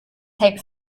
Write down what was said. hex